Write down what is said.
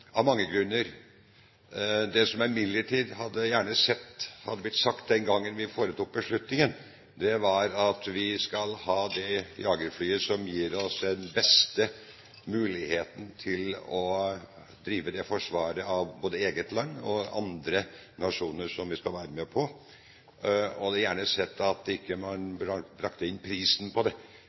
av mange grunner. Det som jeg imidlertid gjerne hadde sett hadde blitt sagt den gangen vi foretok beslutningen, var at vi skal ha det jagerflyet som gir oss den beste muligheten til å drive det forsvaret av både eget land og andre nasjoner som vi skal være med på. Jeg hadde gjerne sett at man ikke brakte inn prisen på det,